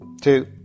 two